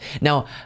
Now